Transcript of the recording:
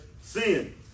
sin